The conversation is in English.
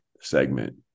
segment